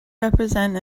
represent